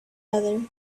other